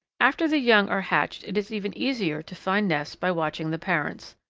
after the young are hatched it is even easier to find nests by watching the parents.